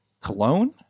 cologne